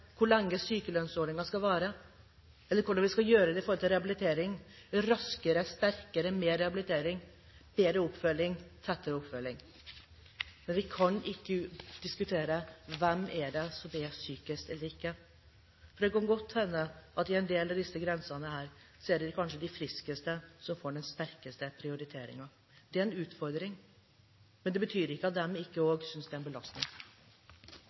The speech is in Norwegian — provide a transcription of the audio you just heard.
hvor lenge sykelønnsordningen skal vare, eller hvordan vi skal gjøre det med rehabilitering – en raskere, sterkere rehabilitering, mer rehabilitering, bedre oppfølging, tettere oppfølging. Men vi kan ikke diskutere hvem som er sykest, for det kan godt hende at når det gjelder en del av disse grensene, er det kanskje de friskeste som får den sterkeste prioriteringen. Det er en utfordring, men det betyr ikke at ikke de også synes det er en belastning.